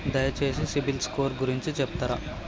దయచేసి CIBIL score గురించి చెప్తరా?